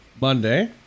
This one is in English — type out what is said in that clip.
Monday